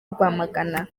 rwamagana